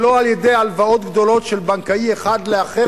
שלא על-ידי הלוואות גדולות של בנקאי אחד לאחר